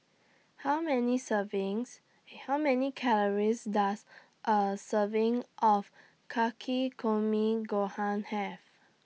How Many servings How Many Calories Does A Serving of Takikomi Gohan Have